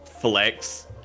flex